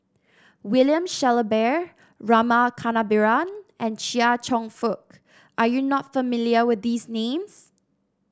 William Shellabear Rama Kannabiran and Chia Cheong Fook are you not familiar with these names